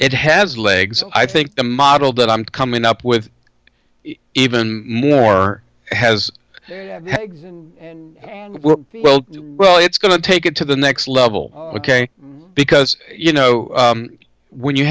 it has legs i think the model that i'm coming up with even more has well well it's going to take it to the next level ok because you know when you